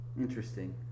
Interesting